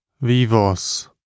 Vivos